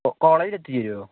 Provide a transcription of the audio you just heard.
കോളേജില് എത്തിച്ചുതരുമോ